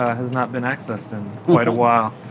has not been accessed in quite a while